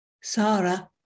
Sarah